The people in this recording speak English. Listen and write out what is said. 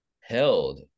held